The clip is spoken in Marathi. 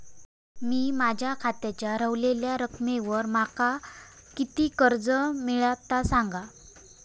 मी माझ्या खात्याच्या ऱ्हवलेल्या रकमेवर माका किती कर्ज मिळात ता सांगा?